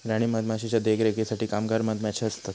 राणी मधमाशीच्या देखरेखीसाठी कामगार मधमाशे असतत